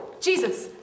Jesus